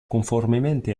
conformemente